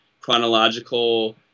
Chronological